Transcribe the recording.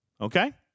Okay